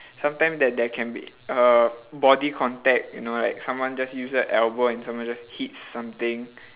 sometimes that there can be uh body contact you know like someone just use their elbow and someone just hit something